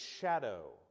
shadow